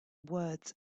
words